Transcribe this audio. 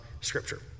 scripture